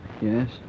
Yes